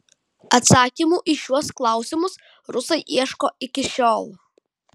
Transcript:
atsakymų į šiuos klausimus rusai ieško iki šiol